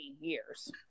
years